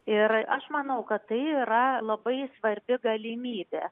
ir aš manau kad tai yra labai svarbi galimybė